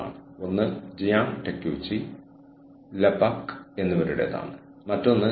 അത് ഒരു സ്ഥാപനത്തിന്റെ മാനേജ്മെന്റ് അല്ലാതെ മറ്റൊന്നുമല്ല